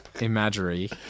imagery